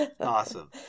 Awesome